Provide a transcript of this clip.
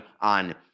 on